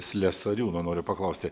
slesariūno noriu paklausti